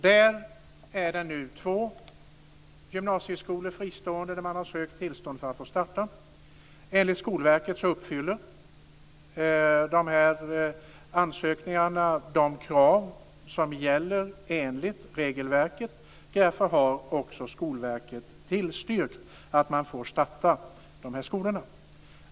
Där har två gymnasieskolor nu sökt tillstånd att få starta som fristående. Enligt Skolverket uppfyller ansökningarna de krav som gäller enligt regelverket, och därför har också Skolverket tillstyrkt att de får starta de här skolorna.